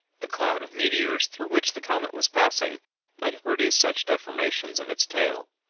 a cloud of meteors through which the comet was passing might have produced such deformations of its tail.